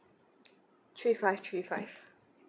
three five three five